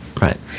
Right